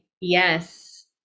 Yes